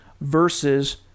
versus